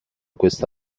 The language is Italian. questo